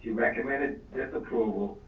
to recommend and this approval,